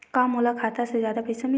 का मोला खाता से जादा पईसा मिलही?